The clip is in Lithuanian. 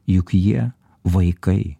juk jie vaikai